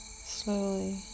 Slowly